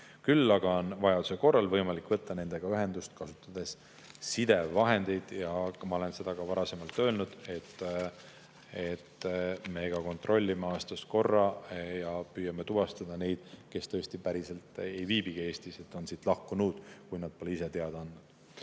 Küll aga on vajaduse korral võimalik võtta nendega ühendust sidevahendeidkasutades. Ja nagu ma olen ka varem öelnud, meie kontrollime aastas korra ja püüame tuvastada neid, kes tõesti päriselt ei viibi Eestis ja on siit lahkunud, kui nad pole ise teada andnud.